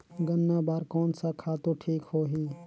गन्ना बार कोन सा खातु ठीक होही?